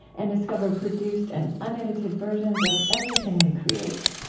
and discover produced and unedited versions of everything we create